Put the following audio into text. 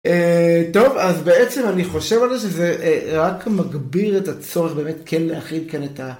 טוב, אז בעצם אני חושב על זה שזה רק מגביר את הצורך, באמת כן להכיל כאן את ה..